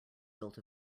built